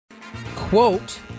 Quote